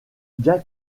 bien